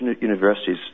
universities